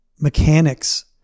mechanics